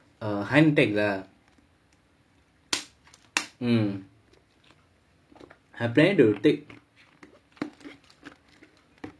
err higher Nitech lah hmm I planning to take